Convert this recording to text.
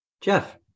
Jeff